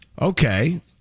Okay